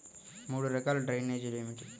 మూడు రకాల డ్రైనేజీలు ఏమిటి?